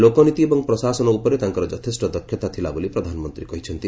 ଲୋକନୀତି ଏବଂ ପ୍ରଶାସନ ଉପରେ ତାଙ୍କର ଯଥେଷ୍ଟ ଦକ୍ଷତା ଥିଲାବୋଲି ପ୍ରଧାନମନ୍ତ୍ରୀ କହିଚ୍ଛନ୍ତି